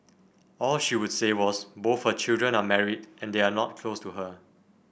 all she would say was both her children are married and they are not close to her